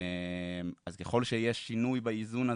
אז ככל שיש שינוי באיזון הזה,